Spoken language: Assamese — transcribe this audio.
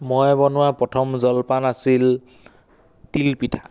মই বনোৱা প্ৰথম জলপান আছিল তিল পিঠা